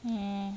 mm